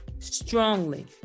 Strongly